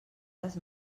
les